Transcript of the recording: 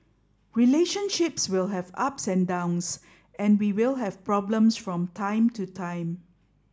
relationships will have ups and downs and we will have problems from time to time